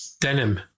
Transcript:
Denim